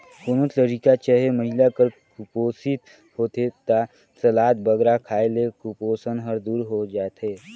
कोनोच लरिका चहे महिला हर कुपोसित होथे ता सलाद बगरा खाए ले कुपोसन हर दूर होए जाथे